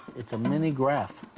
it's a mini graph.